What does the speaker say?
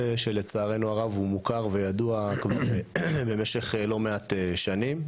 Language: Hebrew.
שלצערנו מוכר וידוע במשך לא מעט שנים.